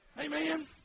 Amen